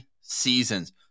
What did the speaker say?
seasons